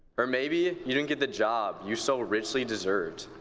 or maybe you didn't get the job you so richly deserved.